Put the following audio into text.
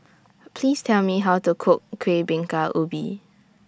Please Tell Me How to Cook Kueh Bingka Ubi